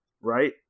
right